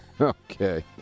Okay